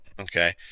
okay